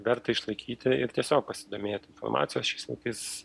verta išlaikyti ir tiesiog pasidomėti informacija o šiais laikais